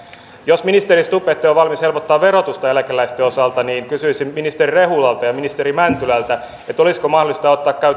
jos ministeri stubb ette ole valmis helpottamaan verotusta eläkeläisten osalta niin kysyisin ministeri rehulalta ja ministeri mäntylältä olisiko mahdollista ottaa